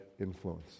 influence